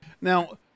Now